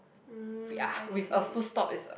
mm I see